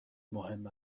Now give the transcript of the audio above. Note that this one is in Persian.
مهم